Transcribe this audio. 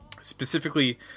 specifically